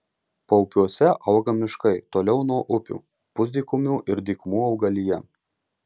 paupiuose auga miškai toliau nuo upių pusdykumių ir dykumų augalija